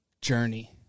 journey